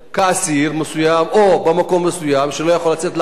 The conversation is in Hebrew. כאסיר מסוים או במקום מסוים שלא יוכל לצאת לעבוד,